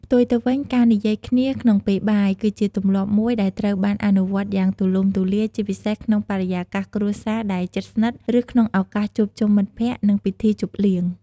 ផ្ទុយទៅវិញ ការនិយាយគ្នាក្នុងពេលបាយ ក៏ជាទម្លាប់មួយដែលត្រូវបានអនុវត្តយ៉ាងទូលំទូលាយ ជាពិសេសក្នុងបរិយាកាសគ្រួសារដែលជិតស្និទ្ធ ឬក្នុងឱកាសជួបជុំមិត្តភក្តិ និងពិធីជប់លៀង។